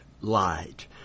light